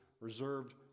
reserved